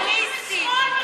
ימין ושמאל בכלל.